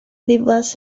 ddiflas